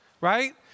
right